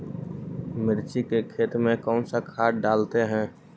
मिर्ची के खेत में कौन सा खाद डालते हैं?